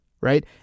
right